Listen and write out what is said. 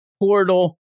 portal